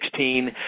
2016